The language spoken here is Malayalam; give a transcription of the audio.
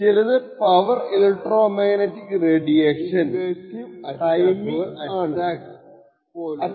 ചിലത് power electromagnetic radiation timing attacks പോലുള്ള നോൺ ഇൻവേസീവ് അറ്റാക്കുകൾ ആണ്